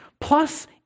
plus